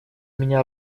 меня